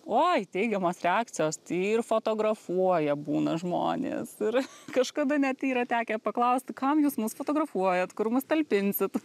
oi teigiamos reakcijos tai ir fotografuoja būna žmonės ir kažkada net yra tekę paklausti kam jūs mus fotografuojat kur mus talpinsit